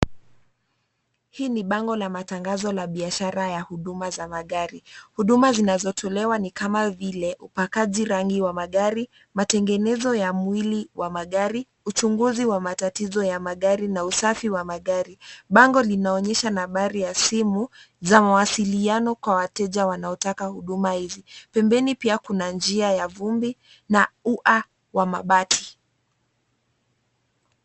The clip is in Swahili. Hii ni bango la matangazo la biashara ya huduma za magari. Huduma zinazotolewa ni kama vile, upakaji rangi wa magari, matengenezo ya mwili wa magari, uchunguzi wa matatizo ya magari, na usafi wa magari. Bango linaonyesha nambari ya simu, za mawasiliano kwa wateja wanaotaka huduma hizi. Pembeni pia kuna njia ya vumbi, na ua, wa mabati.